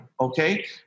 okay